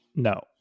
no